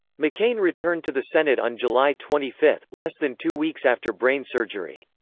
mccain returned to the senate on july twenty five, less than two weeks after brain surgery.